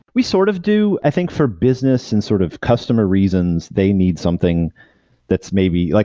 we sort of do, i think for business and sort of customer reasons, they need something that's maybe like